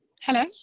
hello